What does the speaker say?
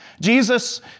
Jesus